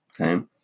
Okay